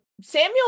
Samuel